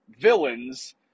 villains